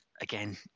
again